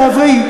תעברי,